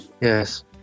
Yes